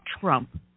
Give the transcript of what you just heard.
Trump